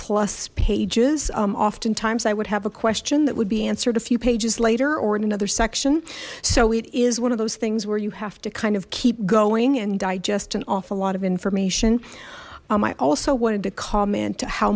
plus pages oftentimes i would have a question that would be answered a few pages later or in another section so it is one of those things where you have to kind of keep going and digest an awful lot of information i also wanted to comment how